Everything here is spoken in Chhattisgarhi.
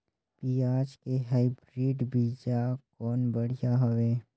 पियाज के हाईब्रिड बीजा कौन बढ़िया हवय?